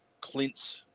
Clint's